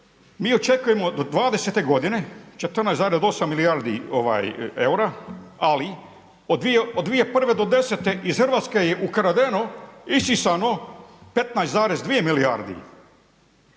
mi očekujemo do 2020. godine 14,8 milijardi eura, ali od 2001. do 2010. iz Hrvatske je ukradeno, isisano 15,2 milijardi